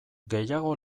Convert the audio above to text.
gehiago